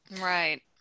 Right